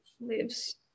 lives